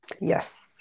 Yes